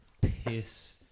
piss